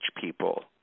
people